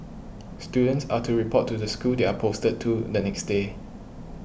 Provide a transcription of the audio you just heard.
students are to report to the school they are posted to the next day